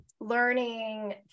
learning